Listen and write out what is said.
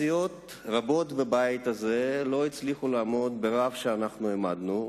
סיעות רבות בבית הזה לא הצליחו לעמוד ברף שאנחנו העמדנו,